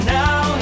now